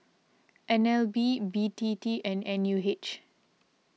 N L B B T T and N U H